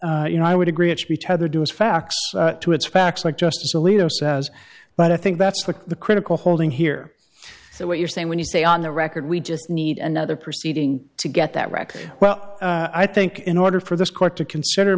but you know i would agree it should be tethered to his facts to its facts like justice alito says but i think that's the critical holding here so what you're saying when you say on the record we just need another proceeding to get that record well i think in order for this court to consider